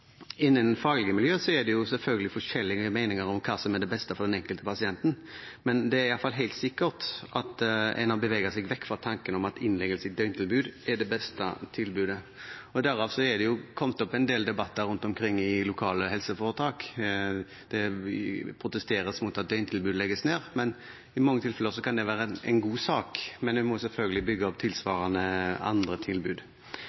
Innen det faglige miljøet er det selvfølgelig forskjellige meninger om hva som er det beste for den enkelte pasient, men det er i hvert fall helt sikkert at en har beveget seg vekk fra tanken om at innleggelse i døgntilbud er det beste tilbudet. Derav er det kommet opp en del debatter rundt omkring i lokale helseforetak. Det protesteres mot at døgntilbud legges ned, men i mange tilfeller kan det være en god sak, men en må selvfølgelig bygge opp andre, tilsvarende tilbud.